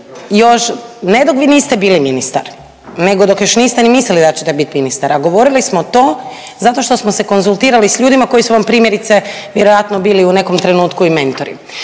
još ne dok vi niste bili ministar nego dok još niste ni mislili da ćete bit ministar, a govorili smo to zato što smo se konzultirali s ljudima koji su vam primjerice vjerojatno bili u nekom trenutku i mentori.